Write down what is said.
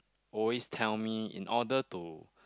always tell me in order to